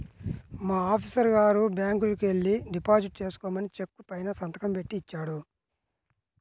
మా ఆఫీసరు గారు బ్యాంకుకెల్లి డిపాజిట్ చేసుకోమని చెక్కు పైన సంతకం బెట్టి ఇచ్చాడు